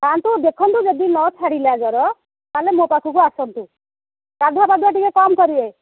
ଖାଆନ୍ତୁ ଦେଖନ୍ତୁ ଯଦି ନ ଛାଡ଼ିଲା ଜ୍ୱର ତାହେଲେ ମୋ ପାଖକୁ ଆସନ୍ତୁ ଗାଧୁଆ ପାଧୁଆ ଟିକେ କମ୍ କରିବେ